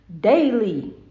Daily